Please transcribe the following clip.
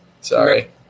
Sorry